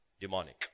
Demonic